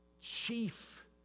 chief